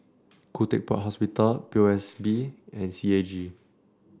Kuh Tec Pok Hospital P O S B and C A G